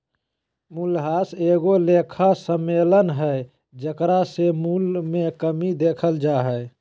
मूल्यह्रास एगो लेखा सम्मेलन हइ जेकरा से मूल्य मे कमी देखल जा हइ